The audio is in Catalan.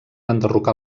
enderrocar